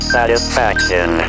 Satisfaction